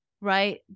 Right